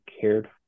cared